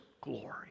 glory